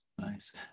Nice